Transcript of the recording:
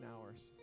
hours